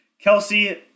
Kelsey